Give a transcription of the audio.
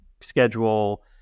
schedule